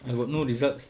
I got no results